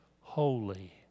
holy